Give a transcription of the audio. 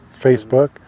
Facebook